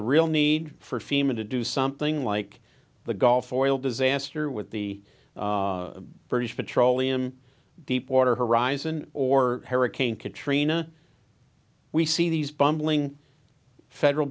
a real need for fema to do something like the gulf oil disaster with the british petroleum deepwater horizon or hurricane katrina we see these bumbling federal